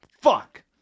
Fuck